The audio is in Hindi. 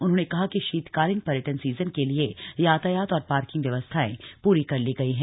उन्होंने कहा कि शीतकालीन पर्यटन सीजन के लिए यातायात और पार्किंग व्यवस्थाएं प्री कर ली गई हैं